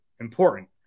important